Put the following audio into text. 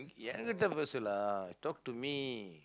எங்கிட்ட பேசு:engkitda peesu lah talk to me